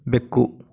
ಬೆಕ್ಕು